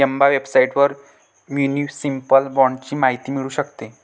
Emma वेबसाइटवर municipal बाँडची माहिती मिळू शकते